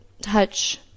touch